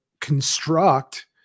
construct